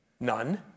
None